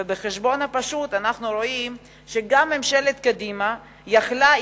ובחשבון הפשוט אנחנו רואים שגם ממשלת קדימה היתה יכולה,